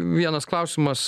vienas klausimas